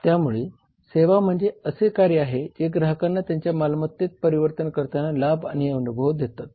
त्यामुळे सेवा म्हणजे असे कार्य आहे जे ग्राहकांना त्यांच्या मालमत्तेत परिवर्तन करताना लाभ आणि अनुभव देतात